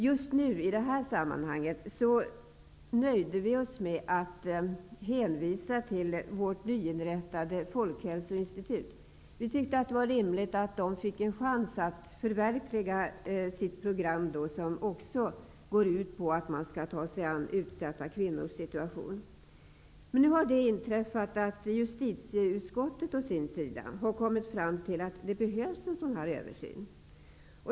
Just nu nöjde vi oss med att hänvisa till vårt nyinrättade folkhälsoinstitut. Vi tyckte att det var rimligt att man där fick en chans att förverkliga sitt program, som går ut på att man skall ta sig an utsatta kvinnors situation. Nu har det inträffat att justitieutskottet å sin sida har kommit fram till att det behövs en sådan översyn.